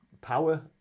power